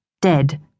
dead